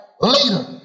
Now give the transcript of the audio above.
later